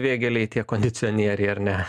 vėgėlei tie kondicionieriai ar ne